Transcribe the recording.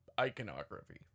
iconography